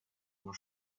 your